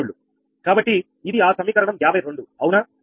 కాబట్టి ఇది ఆ సమీకరణం 52 అవునా